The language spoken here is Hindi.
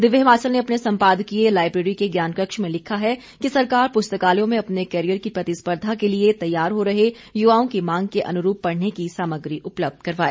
दिव्य हिमाचल ने अपने संपादकीय लाइब्रेरी के ज्ञानकक्ष में लिखा है कि सरकार पुस्तकालयों में अपने कैरियर की प्रतिस्पर्धा के लिए तैयार हो रहे युवाओं की मांग के अनुरूप पढ़ने की सामग्री उपलब्ध करवाए